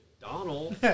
Donald